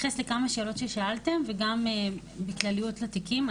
שאלות ששאלתם וגם בכלליות לתיקים.